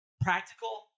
Practical